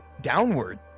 Downward